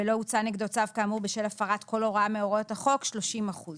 ולא הוצא נגדו צו כאמור בשל הפרת כל הוראה מהוראות החוק 30 אחוזים.